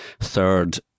third